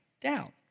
down